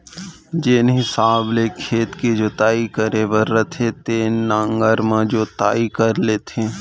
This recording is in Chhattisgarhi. जेन हिसाब ले खेत के जोताई करे बर रथे तेन नांगर म जोताई कर लेथें